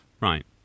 Right